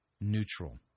neutral